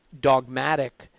dogmatic